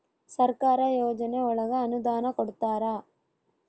ಸರ್ಕಾರ ಯೋಜನೆ ಒಳಗ ಅನುದಾನ ಕೊಡ್ತಾರ